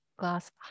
glass